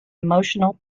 emotional